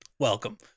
Welcome